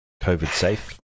COVID-safe